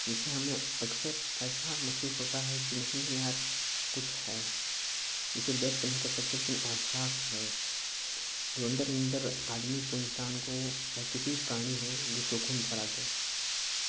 जैसे हमें अक्सर ऐसा महसूस होता है कि नहीं यार कुछ है जिसे व्यक्त नहीं कर सकते हैं लेकिन एहसास है अन्दर ही अन्दर आदमी को इन्सान को चाहे किसी प्राणी हो उसको सुक़ून भर आते हैं